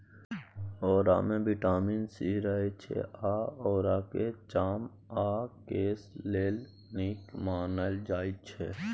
औरामे vitamin C रहय छै आ औराकेँ चाम आ केस लेल नीक मानल जाइ छै